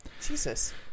Jesus